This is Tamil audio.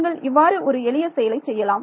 நீங்கள் இவ்வாறு ஒரு எளிய செயலை செய்யலாம்